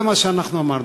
זה מה שאנחנו אמרנו.